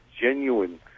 genuine